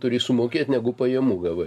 turi sumokėt negu pajamų gavai